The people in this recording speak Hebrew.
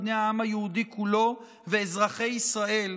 בני העם היהודי כולו ואזרחי ישראל,